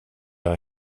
jag